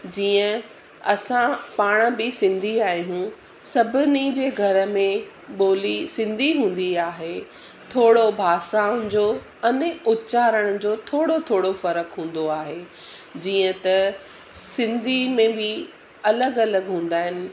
जीअं असां पाण बि सिंधी आहियूं सभिनी जे घर में ॿोली सिंधी हूंदी आहे थोरो भाषाउनि जो अने उचारण जो थोरो थोरो फ़रकु हूंदो आहे जीअं त सिंधी में बि अलॻि अलॻि हूंदा आहिनि